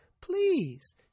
Please